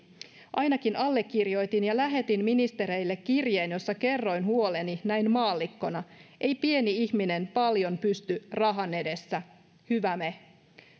ainakin allekirjoitin ja lähetin ministereille kirjeen jossa kerroin huoleni näin maallikkona ei pieni ihminen paljon pysty rahan edessä hyvä me